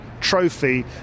trophy